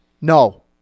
No